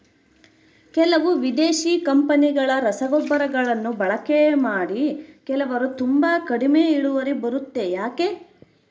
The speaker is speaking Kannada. ಕೆಲವು ವಿದೇಶಿ ಕಂಪನಿಗಳ ರಸಗೊಬ್ಬರಗಳನ್ನು ಬಳಕೆ ಮಾಡಿ ಕೆಲವರು ತುಂಬಾ ಕಡಿಮೆ ಇಳುವರಿ ಬರುತ್ತೆ ಯಾಕೆ?